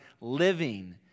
living